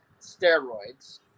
steroids